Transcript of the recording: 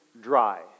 dry